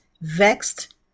vexed